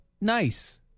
nice